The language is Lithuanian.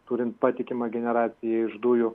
turint patikimą generaciją iš dujų